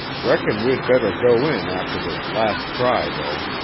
reckon we'd better go in after this last try, though.